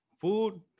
Food